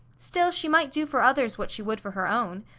still, she might do for others what she would for her own.